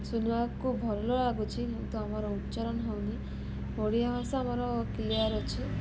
ଶୁଣିବାକୁ ଭଲ ଲାଗୁଛି କିନ୍ତୁ ଆମର ଉଚ୍ଚାରଣ ହେଉନି ଓଡ଼ିଆ ଭାଷା ଆମର କ୍ଲିଅର୍ ଅଛି